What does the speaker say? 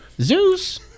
Zeus